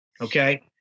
Okay